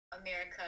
America